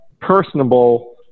personable